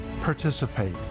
participate